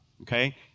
Okay